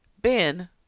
Ben